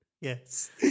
Yes